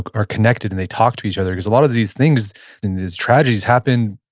are connected and they talk to each other, because a lot of these things and these tragedies happen,